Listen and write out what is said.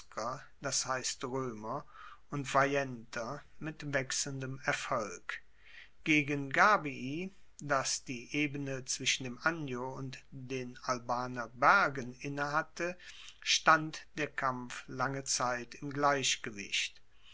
das heisst roemer und veienter mit wechselndem erfolg gegen gabii das die ebene zwischen dem anio und den albaner bergen innehatte stand der kampf lange zeit im gleichgewicht